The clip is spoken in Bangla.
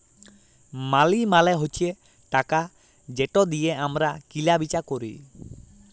মালি মালে হছে টাকা যেট দিঁয়ে আমরা কিলা বিচা ক্যরি